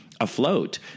afloat